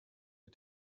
der